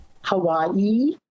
Hawaii